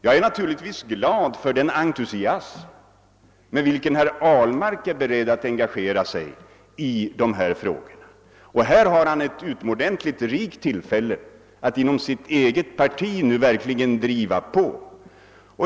Jag är naturligtvis glad för den entusiasm, med vilken herr Ahlmark är beredd att engagera sig i dessa frågor. Här har han ett utomordentligt gynnsamt tillfälle att inom sitt eget parti nu verkligen driva på.